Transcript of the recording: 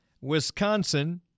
Wisconsin